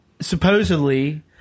supposedly